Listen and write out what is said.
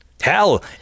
Hell